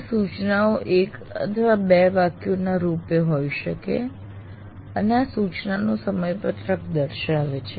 તે સૂચનાઓ 1 અથવા 2 વાક્યોના રૂપે હોઈ શકે છે અને આ સૂચનાનું સમયપત્રક દર્શાવે છે